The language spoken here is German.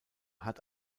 hat